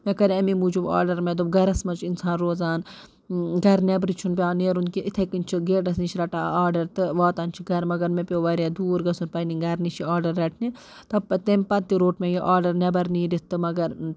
مےٚ کَرے اَمے موٗجوٗب آرڈَر مےٚ دوٚپ گَرَس منٛز چھُ اِنسان روزان گَرٕ نٮ۪برٕ چھُنہٕ پٮ۪وان نیرُن کیٚنٛہہ یِتھَے کٔنۍ چھِ گیٹَس نِش رَٹان آرڈَر تہٕ واتان چھِ گَرٕ مگر مےٚ پیوٚو واریاہ دوٗر گژھُن پنٛنہِ گَرٕ نِش یہِ آرڈَر رَٹنہِ تَمہِ پَتہٕ تہِ روٚٹ مےٚ یہِ آرڈَر نٮ۪بر نیٖرِتھ تہٕ مگر